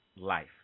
life